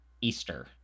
Easter